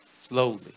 slowly